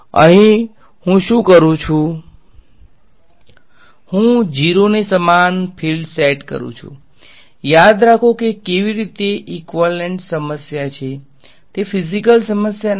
અહીં હું શું કરું છું હું 0 ને સમાન ફિલ્ડ્સ સેટ કરું છું યાદ રાખો કે કેવી રીતે ઈક્વાલેંટ સમસ્યા છે તે ફીઝીકલ સમસ્યા નથી